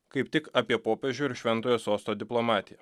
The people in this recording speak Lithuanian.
kaip tik apie popiežių ir šventojo sosto diplomatiją